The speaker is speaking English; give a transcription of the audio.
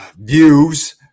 views